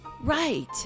Right